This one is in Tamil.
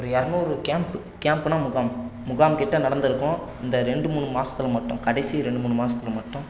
ஒரு இரநூறு கேம்பு கேம்ப்புனால் முகாம் முகாம் கிட்ட நடந்திருக்கும் இந்த ரெண்டு மூணு மாதத்துல மட்டும் கடைசி ரெண்டு மூணு மாதத்துல மட்டும்